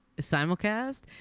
simulcast